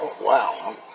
wow